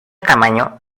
tamaño